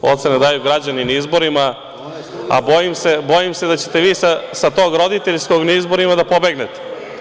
Ocene daju građani na izborima, a bojim se da ćete vi sa tog roditeljskog na izborima da pobegnete.